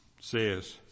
says